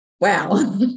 wow